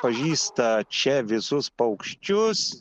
pažįsta čia visus paukščius